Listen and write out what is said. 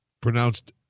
pronounced